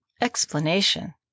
Explanation